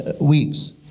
weeks